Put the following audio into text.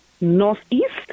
Northeast